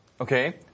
Okay